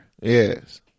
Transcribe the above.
Yes